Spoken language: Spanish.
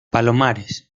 palomares